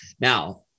Now